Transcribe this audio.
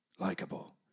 Likable